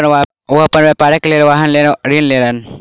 ओ वाहन व्यापारक लेल वाहन ऋण लेलैन